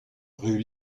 rue